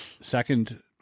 second